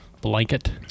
Blanket